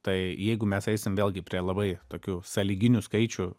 tai jeigu mes eisim vėlgi prie labai tokių sąlyginių skaičių